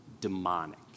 demonic